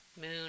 Moon